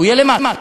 הוא יהיה למטה.